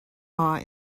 awe